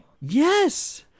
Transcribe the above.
Yes